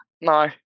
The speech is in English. no